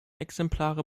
exemplare